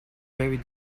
very